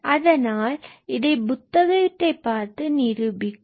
அதனால் இதை புத்தகத்தை பார்த்து நிரூபிக்கவும்